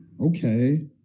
okay